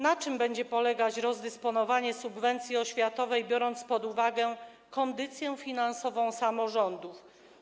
Na czym będzie polegać rozdysponowanie subwencji oświatowej, biorąc pod uwagę kondycję finansową samorządów?